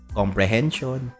comprehension